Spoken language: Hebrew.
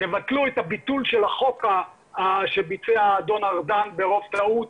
תבטלו את הביטול של החוק שביצע אדון ארדן ברוב טעות,